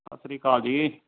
ਸਤਿ ਸ਼੍ਰੀ ਅਕਾਲ ਜੀ